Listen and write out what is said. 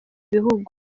ibihugu